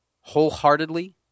wholeheartedly